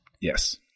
Yes